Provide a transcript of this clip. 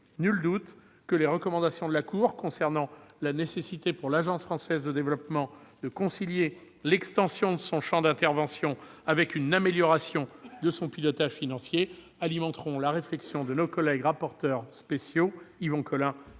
nul doute que les recommandations de la Cour des comptes concernant la nécessité pour l'Agence française de développement, l'AFD, de concilier l'extension de son champ d'intervention avec une amélioration de son pilotage financier alimenteront la réflexion de nos collègues rapporteurs spéciaux Yvon Collin